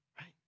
right